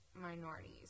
minorities